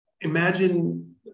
imagine